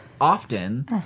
often